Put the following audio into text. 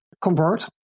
convert